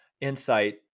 insight